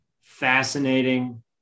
fascinating